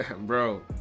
bro